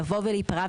לבוא ולהיפרע,